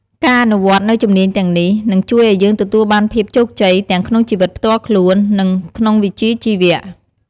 ការអនុវត្តន៍នូវជំនាញទាំងនេះ នឹងជួយឲ្យយើងទទួលបានភាពជោគជ័យទាំងក្នុងជីវិតផ្ទាល់ខ្លួន និងក្នុងវិជ្ជាជីវៈ។